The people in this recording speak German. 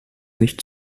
nicht